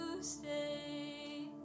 stay